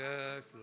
Yes